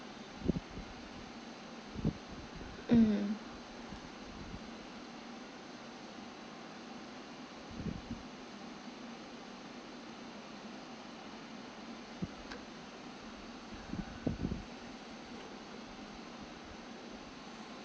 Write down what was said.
mm